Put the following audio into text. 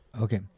okay